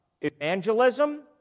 evangelism